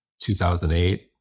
2008